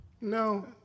No